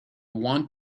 want